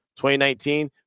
2019